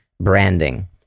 branding